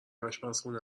آشپرخونه